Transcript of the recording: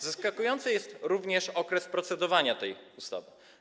Zaskakujący jest również okres procedowania nad tą ustawą.